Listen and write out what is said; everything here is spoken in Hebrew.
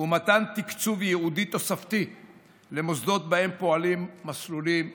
ומתן תקצוב ייעודי תוספתי למוסדות שבהם פועלים מסלולים לפיזיקה.